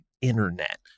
internet